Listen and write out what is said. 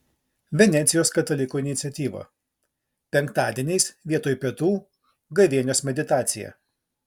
venecijos katalikų iniciatyva penktadieniais vietoj pietų gavėnios meditacija